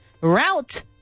Route